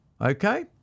Okay